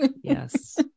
yes